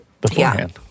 beforehand